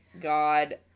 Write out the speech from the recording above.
god